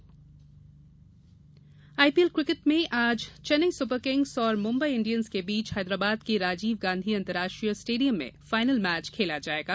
IPL IPL cricket में आज Chennai super kings और मुम्बई इंडियंस के बीच हैदराबाद के राजीव गांधी अंतर्राष्ट्रीय स्टेडियम में फाइनल मैच खेला जाएगा